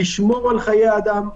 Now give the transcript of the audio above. לשמור על חיי אדם.